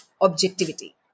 objectivity